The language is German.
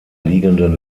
liegenden